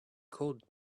cold